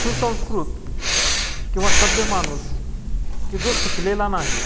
सुसंस्कृत किंवा सभ्य माणूस की जो शिकलेला नाही